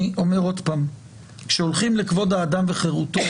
שוב שכאשר הולכים לכבוד האדם וחירותו,